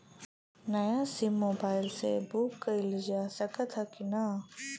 नया SIM mobile से book कइलजा सकत ह कि ना?